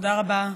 תודה רבה.